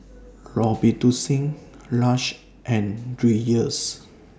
Robitussin Lush and Dreyers